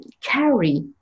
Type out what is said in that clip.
carry